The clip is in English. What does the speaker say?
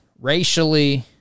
racially